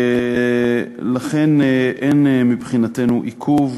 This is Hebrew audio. לכן אין מבחינתנו עיכוב,